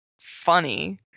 funny